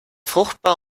fruchtbar